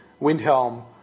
Windhelm